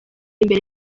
imbere